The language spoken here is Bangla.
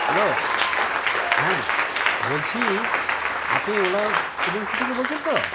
হ্যালো হ্যাঁ বলছি আপনি ওলা এজেন্সি থেকে বলছেন তো